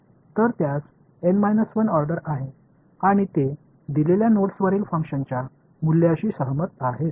तर त्यास N 1 order आहे आणि ते दिलेल्या नोड्सवरील फंक्शनच्या मूल्याशी सहमत आहेत